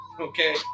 Okay